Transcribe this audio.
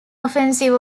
offensive